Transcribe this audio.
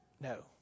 No